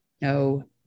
no